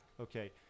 Okay